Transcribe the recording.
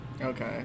okay